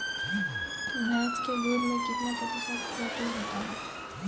भैंस के दूध में कितना प्रतिशत प्रोटीन होता है?